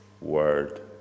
word